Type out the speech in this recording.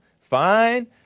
fine